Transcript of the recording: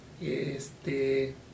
este